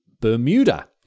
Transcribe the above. Bermuda